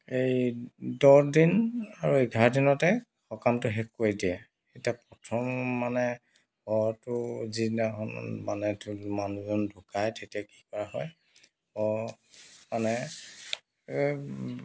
এই দহদিন আৰু এঘাৰ দিনতে সকামটো শেষ কৰি দিয়ে এতিয়া প্ৰথম মানে শটো যিদিনাখন মানে মানুহজন ঢুকায় তেতিয়া কি কৰা হয় শ মানে